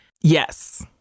Yes